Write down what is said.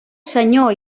senyor